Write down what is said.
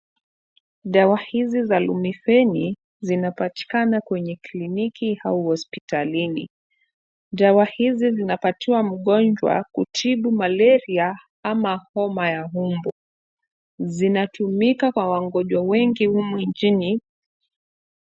Dawa hizi za Lumifeni zinapatikana kwenye kliniki au hospitalini. Dawa hizi zinapatiwa mgonjwa kutibu malaria ama homa ya mbu. Zinatumika kwa wagonjwa wengi huu nchini.